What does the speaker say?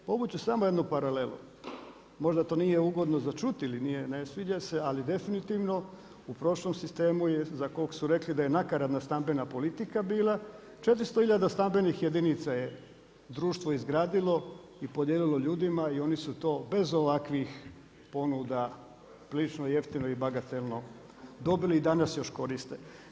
Povući ću samo jednu paralelu, možda to nije ugodno za čuti ili nije, ne sviđa se, ali definitivno u prošlom sistemu za koga su rekli da je nakaradna stambena politika bila 400 hiljada stambenih jedinica je društvo izgradilo i podijelilo ljudima i oni su to bez ovakvih ponuda prilično jeftino i bagatelno dobili i danas još koriste.